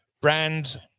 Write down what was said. brand